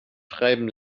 schreiben